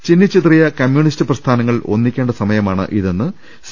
ചിന്നിച്ചിതറിയ communist പ്രസ്ഥാനങ്ങൾ ഒന്നിക്കേണ്ട സമ യമാണിതെന്ന് സി